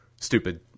stupid